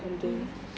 mm